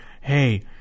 hey